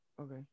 okay